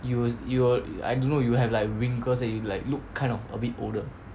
you will you will you I don't know you will have like wrinkles then you like look kind of a bit older